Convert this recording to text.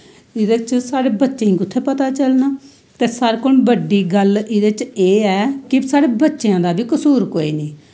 एह्दे च साढ़े बच्चेंईं कुत्थें पता चलना ते सारें कोला बड्डी गल्ल एह्दे च एह् ऐ कि साढ़े बच्चेंआं दा बी कसूर कोई नी